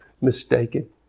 mistaken